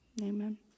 Amen